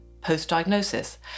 post-diagnosis